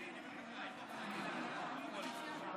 תודה